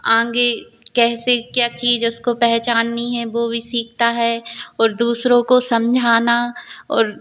आगे कैसे क्या चीज़ उसको पहचाननी है वह भी सीखता है और दूसरों को समझाना और